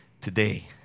today